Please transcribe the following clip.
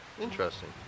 Interesting